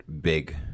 big